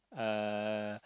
uh